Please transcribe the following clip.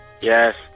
Yes